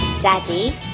Daddy